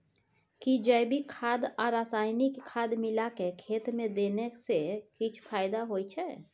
कि जैविक खाद आ रसायनिक खाद मिलाके खेत मे देने से किछ फायदा होय छै?